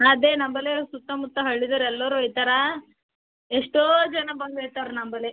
ಅದೇ ನಂಬಳಿಂದ ಸುತ್ತಮುತ್ತ ಹಳ್ಳಿಗರು ಎಲ್ಲರೂ ಒಯ್ತಾರೆ ಎಷ್ಟೋ ಜನ ಬಂದು ಒಯ್ತಾರೆ ರೀ ನಂಬಲ್ಲಿ